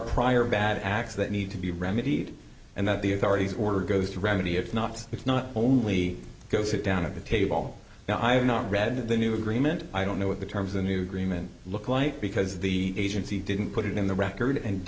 prior bad acts that need to be remedied and that the authorities order goes to remedy if not it's not only go sit down at the table now i've not read the new agreement i don't know what the terms the new agreement look like because the agency didn't put it in the record and